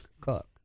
Cook